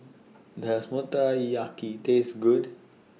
Does Motoyaki Taste Good